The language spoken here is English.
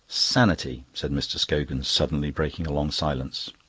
sanity! said mr. scogan, suddenly breaking a long silence.